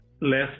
less